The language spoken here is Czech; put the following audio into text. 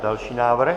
Další návrh.